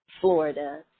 Florida